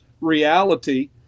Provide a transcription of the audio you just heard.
reality